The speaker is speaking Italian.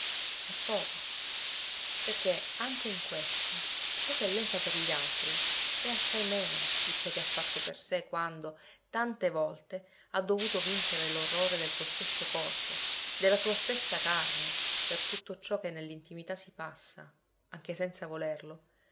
è poco perché anche in questo ciò che lei fa per gli altri è assai meno di ciò che ha fatto per sé quando tante volte ha dovuto vincere l'orrore del suo stesso corpo della sua stessa carne per tutto ciò che nell'intimità si passa anche senza volerlo